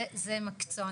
זה מקצוע,